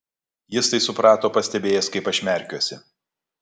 jis tai suprato pastebėjęs kaip aš merkiuosi